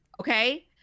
okay